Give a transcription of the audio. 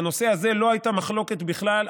בנושא הזה לא הייתה מחלוקת בכלל,